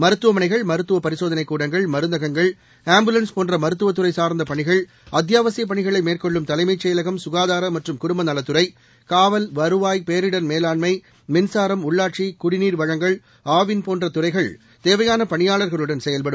மருத்துவமனைகள் மருத்துவ பரிசோதனை கூடங்கள் மருந்தகங்கள் ஆம்புலன்ஸ் போன்ற மருத்துவத்துறை சார்ந்த பணிகள் அத்தியாவசியப் பணிகளை மேற்கொள்ளும் தலைமைச் செயலகம் சுகாதார மற்றும் குடும்ப நலத்துறை காவல் வருவாய் பேரிடர் மேலாண்மை மின்சாரம் உள்ளாட்சி குடிநீர் வழங்கல் ஆவின் போன்ற துறைகள் தேவையான பணியாளர்களுடன் செயல்படும்